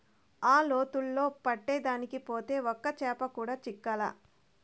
ఆ లోతులో పట్టేదానికి పోతే ఒక్క చేప కూడా చిక్కలా